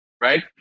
right